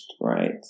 right